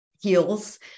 heals